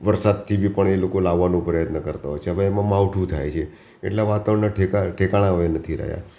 વરસાદથી બી પણ એ લોકો લાવવાનું પ્રયત્ન કરતા હોય છે એટલે એમાં માવઠું થાય છે એટલે વાતાવરણનાં ઠેકાણાં હવે નથી રહ્યાં